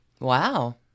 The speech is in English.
Wow